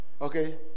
okay